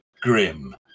grim